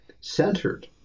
centered